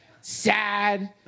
sad